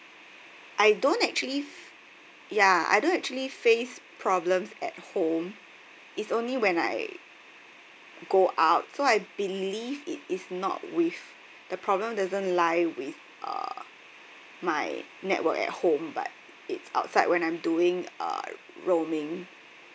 I don't actually f~ ya I don't actually face problems at home it's only when I go out so I believe it is not with the problem doesn't lie with uh my network at home but it's outside when I'm doing uh roaming